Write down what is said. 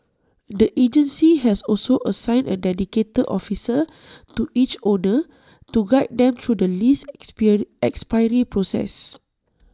the agency has also assigned A dedicated officer to each owner to guide them through the lease expiry process